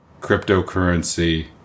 cryptocurrency